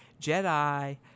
Jedi